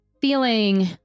feeling